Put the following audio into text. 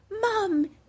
Mom